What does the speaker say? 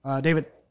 David